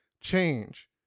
change